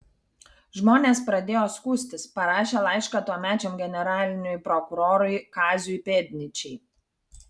žmonės pradėjo skųstis parašė laišką tuomečiam generaliniam prokurorui kaziui pėdnyčiai